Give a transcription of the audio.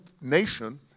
nation